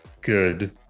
good